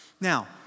Now